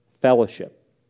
fellowship